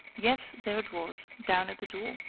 yes, there it was, down at the door.